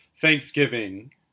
Thanksgiving